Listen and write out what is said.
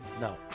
No